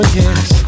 yes